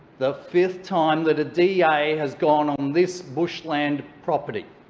the fifth time, that a da has gone on this bushland property.